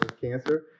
cancer